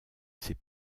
ses